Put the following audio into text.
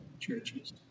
churches